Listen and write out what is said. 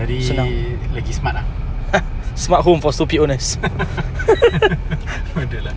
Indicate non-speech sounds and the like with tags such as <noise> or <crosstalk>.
jadi lagi smart ah <laughs> bodohlah